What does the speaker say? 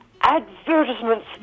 advertisements